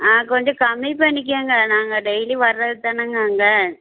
ஆ கொஞ்சம் கம்மி பண்ணிக்கங்க நாங்கள் டெய்லி வர்றதுதானேங்க அங்கே